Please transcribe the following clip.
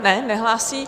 Ne, nehlásí.